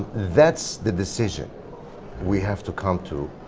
that's the decision we have to come to.